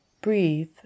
Breathe